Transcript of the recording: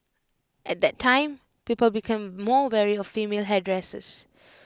at that time people became more wary of female hairdressers